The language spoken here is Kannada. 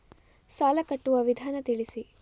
ಸಾಲ ಕಟ್ಟುವ ವಿಧಾನ ತಿಳಿಸಿ?